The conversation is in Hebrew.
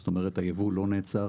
זאת אומרת, הייבוא לא נעצר.